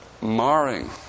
marring